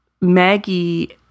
Maggie